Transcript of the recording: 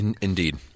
Indeed